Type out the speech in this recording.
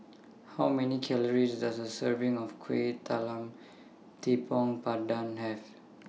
How Many Calories Does A Serving of Kuih Talam Tepong Pandan Have